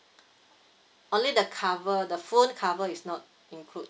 only the cover the phone cover is not include